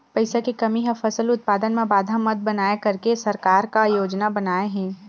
पईसा के कमी हा फसल उत्पादन मा बाधा मत बनाए करके सरकार का योजना बनाए हे?